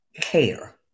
care